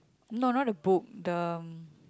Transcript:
no not the book the